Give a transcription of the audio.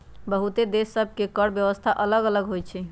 बहुते देश सभ के कर व्यवस्था अल्लग अल्लग होई छै